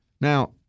now